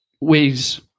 ways